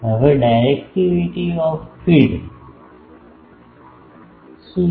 હવે directivity of ફીડશું છે